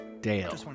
Dale